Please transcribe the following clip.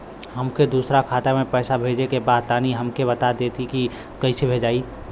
हमके दूसरा खाता में पैसा भेजे के बा तनि हमके बता देती की कइसे भेजाई?